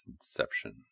inception